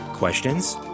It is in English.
Questions